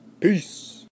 Peace